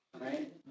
right